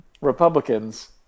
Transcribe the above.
Republicans